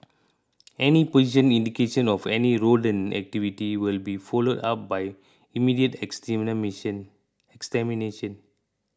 any position indication of any rodent activity will be followed up by immediate extermination